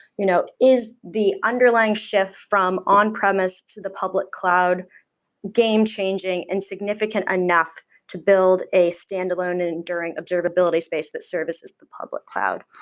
you know is the underlying shifts from on-premise the public cloud game changing and significant enough to build a standalone and enduring observability space that services the public cloud?